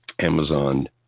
Amazon